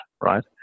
right